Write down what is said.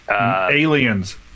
Aliens